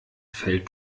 fällt